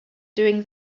doing